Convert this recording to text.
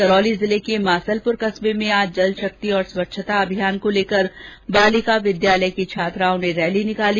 करौली जिले के मासलपुर कस्बे में आज जल शक्ति और स्वच्छता अभियान को लेकर बालिका विद्यालय की छात्राओं ने रैली निकाली